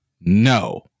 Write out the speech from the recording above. no